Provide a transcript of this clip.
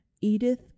Edith